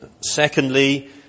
secondly